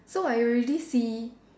so I already see